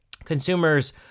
Consumers